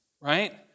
right